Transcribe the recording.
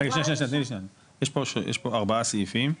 יש פה ארבעה סעיפים,